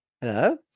hello